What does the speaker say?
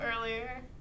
earlier